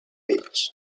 beach